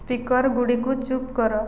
ସ୍ପିକର୍ଗୁଡ଼ିକୁ ଚୁପ୍ କର